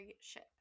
ship